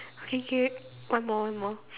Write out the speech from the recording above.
okay okay one more one more